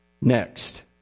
Next